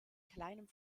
kleinem